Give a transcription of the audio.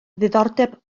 ddiddordeb